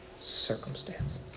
circumstances